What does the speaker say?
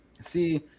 see